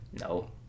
No